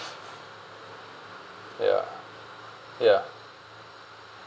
ya ya